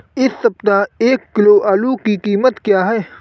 इस सप्ताह एक किलो आलू की कीमत क्या है?